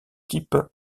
type